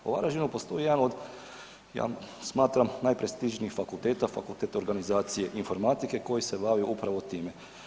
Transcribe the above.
U Varaždinu postoji jedan od, ja smatram najprestižnijih fakulteta, Fakultet organizacije informatike koji se bavi upravo time.